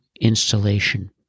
installation